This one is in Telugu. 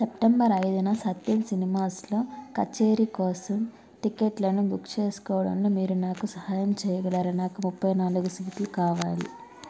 సెప్టెంబర్ ఐదున సత్యం సినిమాస్లో కచేరీ కోసం టిక్కెట్లను బుక్ చేసుకోవడంలో మీరు నాకు సహాయం చేయగలరా నాకు ముప్పై నాలుగు సీట్లు కావాలి